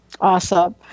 Awesome